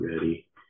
ready